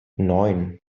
neun